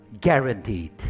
guaranteed